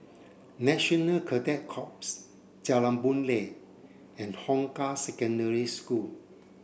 National Cadet Corps Jalan Boon Lay and Hong Kah Secondary School